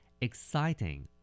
exciting